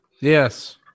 Yes